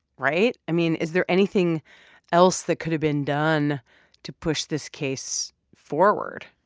right? i mean, is there anything else that could've been done to push this case forward?